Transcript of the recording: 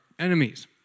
enemies